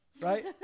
right